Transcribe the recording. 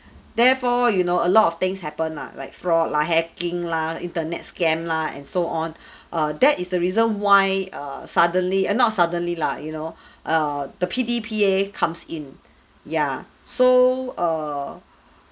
therefore you know a lot of things happen ah like fraud lah hacking lah internet scam lah and so on err that is the reason why err suddenly eh not suddenly lah you know uh the P_D_P_A comes in ya so err